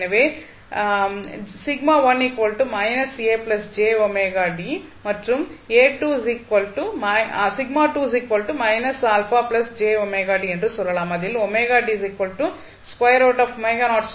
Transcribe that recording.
எனவே at மற்றும் என்று சொல்லலாம் அதில் ஆகும்